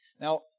Now